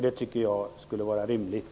Det tycker jag kan vara rimligt.